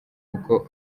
uko